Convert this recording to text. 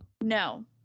No